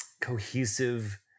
cohesive